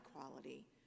equality